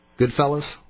Goodfellas